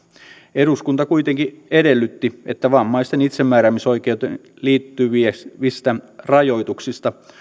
eduskunta kuitenkin edellytti että vammaisten itsemääräämisoikeuteen liittyvistä rajoituksista